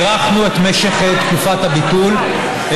הארכנו את תקופת הביטול,